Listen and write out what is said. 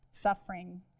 suffering